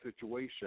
situation